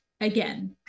again